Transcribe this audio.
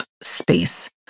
space